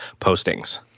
postings